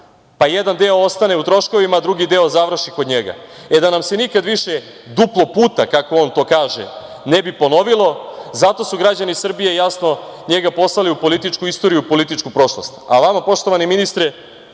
pa jedan deo ostane u troškovima, a drugi deo završi kod njega.E, da nam se nikad više duplo puta, kako on to kaže, ne bi ponovilo, zato su građani Srbije jasno njega poslali u političku istoriju i političku prošlost. Vama, poštovani ministre